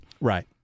Right